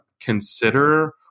consider